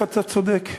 אתה צודק.